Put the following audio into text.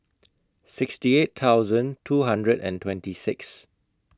sixty eight thousand two hundred and twenty six